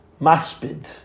maspid